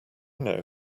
know